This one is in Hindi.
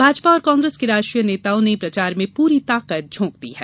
भाजपा और कांग्रेस के राष्ट्रीय नेताओं ने प्रचार में पूरी ताकत झोंक दी है